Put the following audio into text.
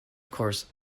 course